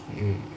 mm